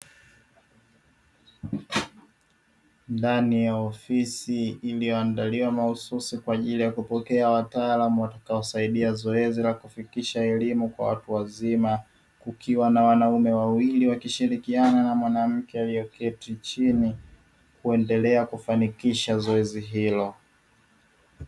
Ndani ya ofisi iliyoandaliwa mahususi kwa ajili ya kupokea wataalamu watakaosaidia zoezi la kufikisha elimu kwa watu wazima, kukiwa na wanaume wawili wakishirikiana na mwanamke aliyeketi chini kuendelea kufanikisha zoezi hilo.